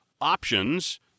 options